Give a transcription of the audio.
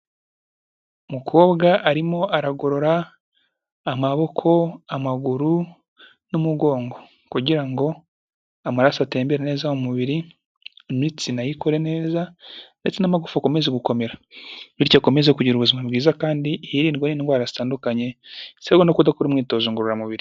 Umukobwa arimo aragorora amaboko, amaguru, n'umugongo kugira ngo amaraso atembera neza mu umubiri, imitsi ayikore neza ndetse n'amagufa akomeza gukomera bityo akomeze kugira ubuzima bwiza kandi hirindwa n'indwara zitandukanye ziterwa no kudakora imyitozo ngororamubiri.